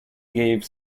gave